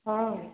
हँ